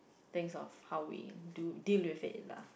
things of how do deal with it lah